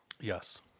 Yes